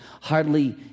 hardly